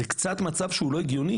זה מצב שהוא קצת לא הגיוני